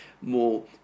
more